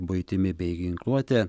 buitimi bei ginkluote